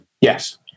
Yes